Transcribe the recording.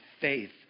faith